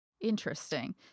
Interesting